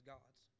God's